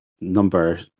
number